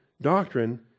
doctrine